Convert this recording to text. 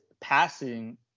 passing –